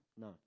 No